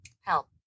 help